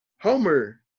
Homer